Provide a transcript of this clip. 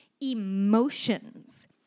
emotions